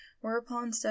Whereupon